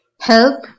help